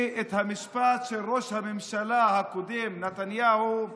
את המשפט של ראש הממשלה הקודם נתניהו,